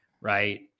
right